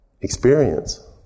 experience